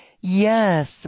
Yes